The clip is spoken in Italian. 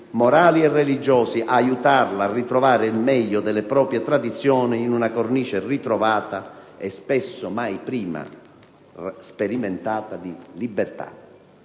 morali e religiosi, aiutarla a ritrovare il meglio delle proprie tradizioni, in una cornice ritrovata, e spesso mai prima sperimentata, di libertà!